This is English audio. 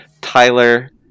Tyler